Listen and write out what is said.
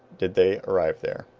did they arrive there.